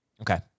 Okay